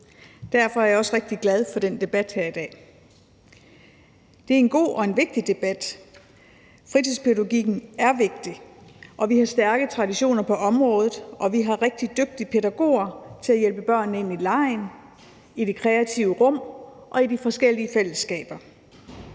Derfor er jeg også rigtig glad for den debat her i dag. Det er en god og vigtig debat. Fritidspædagogikken er vigtig, og vi har stærke traditioner på området, og vi har rigtig dygtige pædagoger til at hjælpe børnene ind i legen, i de kreative rum og i de forskellige fællesskaber.